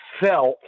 felt